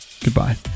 Goodbye